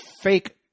fake